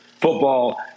football